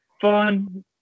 fun